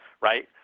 right